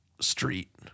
Street